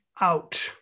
out